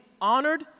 honored